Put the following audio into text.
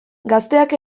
gazteak